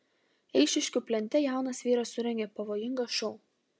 eišiškių plente jaunas vyras surengė pavojingą šou